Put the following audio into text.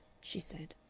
she said.